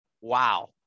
wow